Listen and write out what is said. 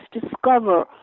discover